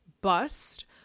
bust